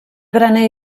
graner